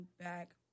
back